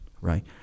right